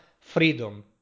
freedom